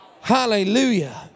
Hallelujah